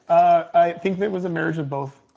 i think that was a marriage of both.